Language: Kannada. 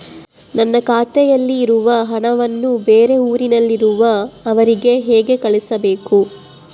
ನನ್ನ ಖಾತೆಯಲ್ಲಿರುವ ಹಣವನ್ನು ಬೇರೆ ಊರಿನಲ್ಲಿರುವ ಅವರಿಗೆ ಹೇಗೆ ಕಳಿಸಬೇಕು?